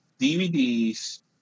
DVDs